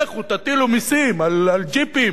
לכו תטילו מסים על ג'יפים,